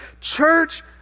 church